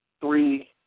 Three